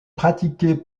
pratiqué